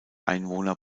einwohner